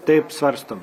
taip svarstom